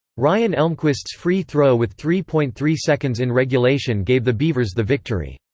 ryan elmquist's free throw with three point three seconds in regulation gave the beavers the victory.